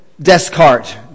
Descartes